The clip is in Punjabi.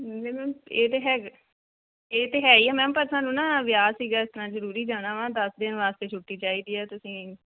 ਹਾਂਜੀ ਮੈਮ ਇਹ ਤਾਂ ਹੈਗ ਇਹ ਤਾਂ ਹੈ ਹੀ ਆ ਮੈਮ ਪਰ ਸਾਨੂੰ ਨਾ ਵਿਆਹ ਸੀਗਾ ਇਸ ਤਰ੍ਹਾਂ ਜ਼ਰੂਰੀ ਜਾਣਾ ਵਾ ਦਸ ਦਿਨ ਵਾਸਤੇ ਛੁੱਟੀ ਚਾਹੀਦੀ ਆ ਤੁਸੀਂ